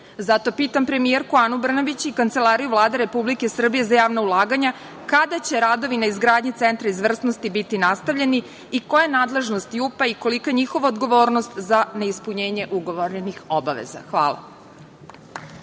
Zato pitam premijerku Anu Brnabić i Kancelariju Vlade Republike Srbije za javna ulaganja, kada će radovi na izgradnji Centra izvrsnosti biti nastavljeni i koja je nadležnost JUP-a i kolika je njihova odgovornost za neispunjenje ugovorenih obaveza? Hvala.